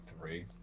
three